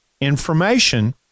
information